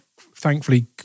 thankfully